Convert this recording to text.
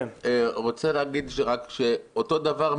אני רוצה לומר שאותו הדבר,